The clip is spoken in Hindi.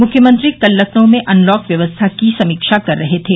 मुख्यमंत्री कल लखनऊ में अनलॉक व्यवस्था की समीक्षा कर रहे थे